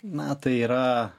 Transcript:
na tai yra